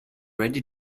ready